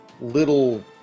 little